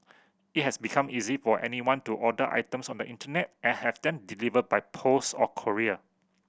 it has become easy for anyone to order items on the Internet and have them delivered by post or courier